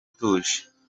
utuje